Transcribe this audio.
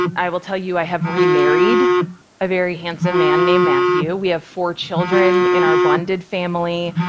i will tell you i have remarried a very handsome man named matthew, we have four children in our blended family,